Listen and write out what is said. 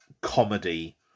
comedy